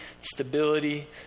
stability